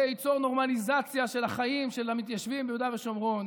זה ייצור נורמליזציה של החיים של המתיישבים ביהודה ושומרון.